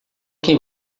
quem